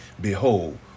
behold